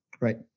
Right